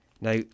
Now